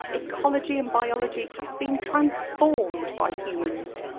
ecology and biology have been transformed by humans.